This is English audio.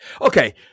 Okay